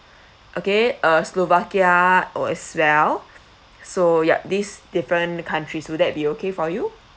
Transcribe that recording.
okay uh slovakia o~ as well so yup these different countries will that be okay for you